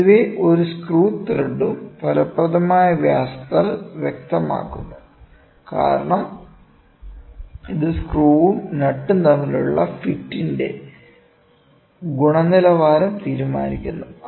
പൊതുവേ ഓരോ സ്ക്രൂ ത്രെഡും ഫലപ്രദമായ വ്യാസത്താൽ വ്യക്തമാക്കുന്നു കാരണം ഇത് സ്ക്രൂവും നട്ടും തമ്മിലുള്ള ഫിറ്റിന്റെ ഗുണനിലവാരം തീരുമാനിക്കുന്നു